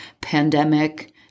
pandemic